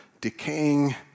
decaying